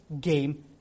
game